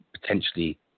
potentially